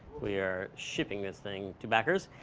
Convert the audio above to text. we are shipping this thing to backers.